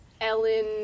Ellen